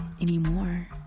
anymore